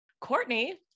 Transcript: Courtney